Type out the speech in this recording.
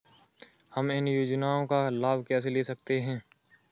हम इन योजनाओं का लाभ कैसे ले सकते हैं?